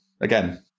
Again